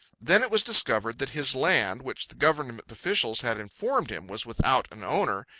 then it was discovered that his land, which the government officials had informed him was without an owner,